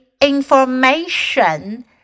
information